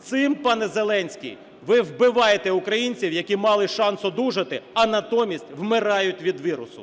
Цим, пане Зеленський, ви вбиваєте українців, які мали шанс одужати, а натомість вмирають від вірусу.